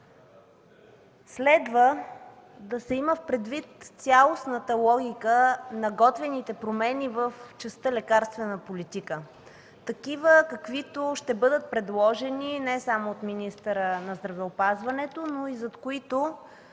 следва да се има предвид цялостната логика на готвените промени в частта „лекарствена политика” такива, каквито ще бъдат предложени не само от министъра на здравеопазването, но и зад които